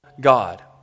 God